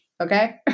Okay